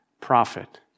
prophet